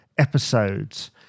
episodes